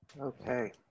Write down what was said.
Okay